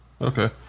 Okay